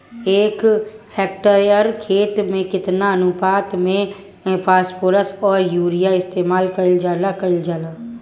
एक हेक्टयर खेत में केतना अनुपात में फासफोरस तथा यूरीया इस्तेमाल कईल जाला कईल जाला?